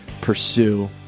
pursue